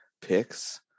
picks